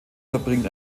verbringt